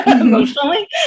emotionally